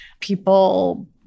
people